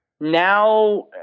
Now